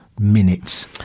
minutes